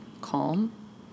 calm